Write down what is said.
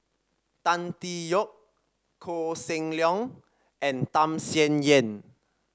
Tan Tee Yoke Koh Seng Leong and Tham Sien Yen